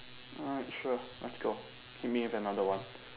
alright sure let's go give me have another one